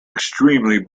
extremely